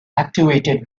activated